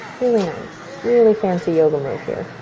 really nice, really fancy yoga move here,